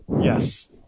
Yes